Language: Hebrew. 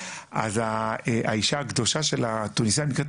אז האישה הגדולה של התוניסאים נקראת